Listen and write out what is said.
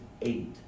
eight